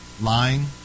lying